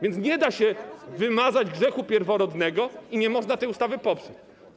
Nie da się wymazać grzechu pierworodnego i nie można tej ustawy poprzeć.